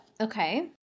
Okay